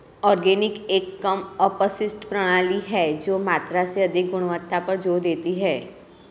organic एक कम अपशिष्ट प्रणाली है जो मात्रा से अधिक गुणवत्ता पर जोर देती है